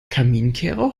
kaminkehrer